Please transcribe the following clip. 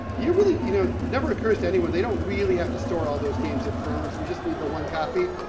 you really, you know, it never occurs to anyone, they don't really have to store all those games of thrones, we just need the one copy.